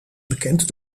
bekend